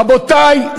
רבותי,